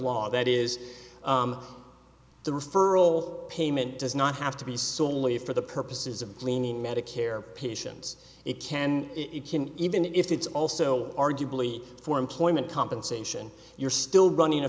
law that is the referral payment does not have to be solely for the purposes of gleaning medicare patients it can it can even if it's also arguably for employment compensation you're still running a